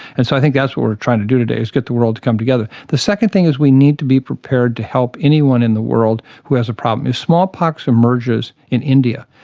and so i think that's what we are trying to do today, is get the world to come together. the second thing is we need to be prepared to help anyone in the world who has a problem. if smallpox emerges in india,